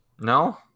No